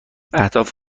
اهداف